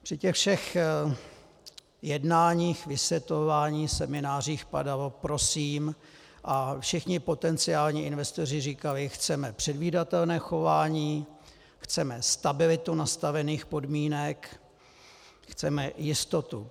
Při těch všech jednáních, vysvětlování a seminářích padalo prosím, a všichni potenciální investoři říkali: chceme předvídatelné chování, chceme stabilitu nastavených podmínek, chceme jistotu;